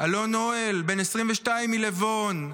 אלון אהל, בן 22, מלבון,